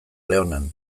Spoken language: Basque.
leonan